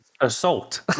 assault